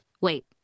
Wait